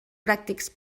pràctics